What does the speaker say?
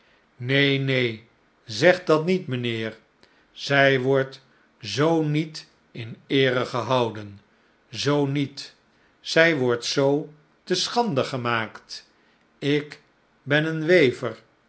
neen neen zeg dat niet mijnheer zij wordt zoo niet in eere gehouden zoo niet zij wordt zoo te schande gemaakt ik ben een wever